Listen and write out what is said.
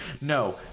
no